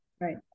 right